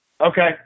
Okay